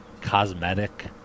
cosmetic